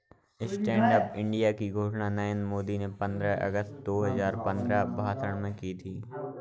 stand up India की घोषणा नरेंद्र मोदी ने पंद्रह अगस्त दो हजार पंद्रह में भाषण में की थी